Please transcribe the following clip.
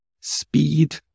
speed